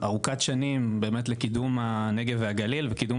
ארוכת שנים באמת לקידום הנגב והגליל ולקידום